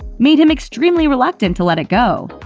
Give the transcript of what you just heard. made him extremely reluctant to let it go.